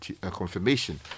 confirmation